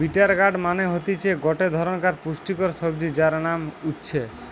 bitter gourd মানে হতিছে গটে ধরণকার পুষ্টিকর সবজি যার নাম উচ্ছে